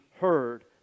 heard